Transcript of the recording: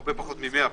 הרבה פחות מ-100.